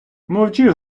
мовчи